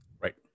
Right